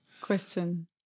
question